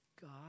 God